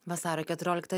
vasario keturioliktą